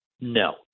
no